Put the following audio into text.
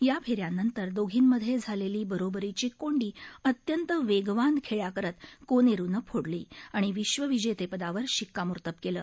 या फेर्यांनंतर दोघींमध्ये झालेली बरोबरीची कोंडी अत्यंत वेगवान खेळ्या करत कोनेरूनं फोडली आणि विश्वविजेतेपदावर शिक्कामोर्तब केलं